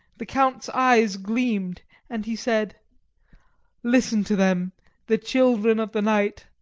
the count's eyes gleamed, and he said listen to them the children of the night.